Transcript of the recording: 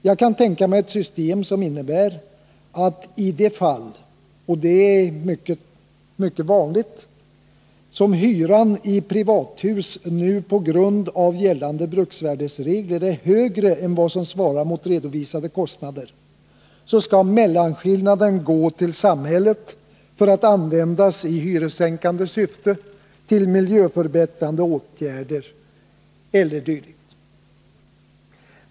Jag kan tänka mig ett system som innebär att i de fall — och det är mycket vanligt — hyran i privathus nu på grund av gällande bruksvärdesregler är högre än vad som svarar mot redovisade kostnader, skall mellanskillnaden gå till samhället för att användas i hyressänkande syfte, till miljöförbättrande åtgärder, etc.